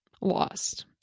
lost